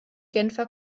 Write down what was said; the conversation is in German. genfer